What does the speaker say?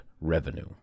revenue